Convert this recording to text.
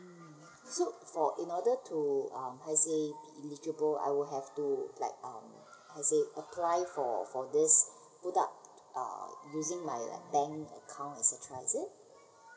um so for in order to um how to say be eligible I will have to like um how to say apply for for this put up uh using my bank account et cetera is it